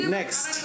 Next